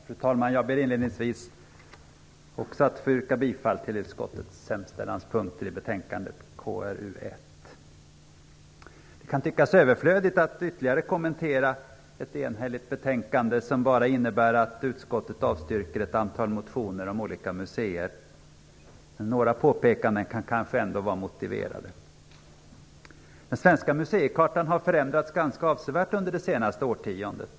Fru talman! Jag ber inledningsvis också att få yrka bifall till utskottets hemställan i betänkande KrU1. Det kan tyckas överflödigt att ytterligare kommentera ett enhälligt betänkande som bara innebär att utskottet avstyrker ett antal motioner om olika museer. Men några påpekanden kan kanske ändå vara motiverade. Den svenska museikartan har förändrats ganska avsevärt under det senaste årtiondet.